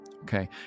okay